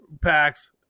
packs